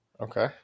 okay